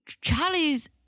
Charlie's